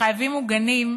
"חייבים מוגנים",